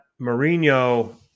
Mourinho